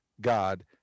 God